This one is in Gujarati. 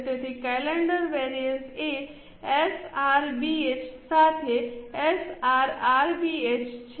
તેથી કલેન્ડર વેરિઅન્સ એ એસઆરબીએચ સાથે એસઆરઆરબીએચ છે